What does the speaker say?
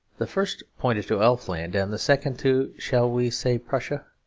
the first pointed to elfland, and the second to shall we say, prussia.